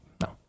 no